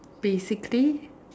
basically